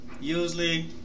usually